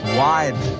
wide